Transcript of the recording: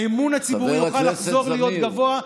והאמון הציבורי יחזור להיות גבוה.